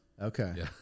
Okay